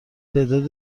تعداد